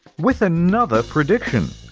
with another prediction!